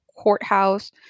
courthouse